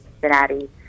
Cincinnati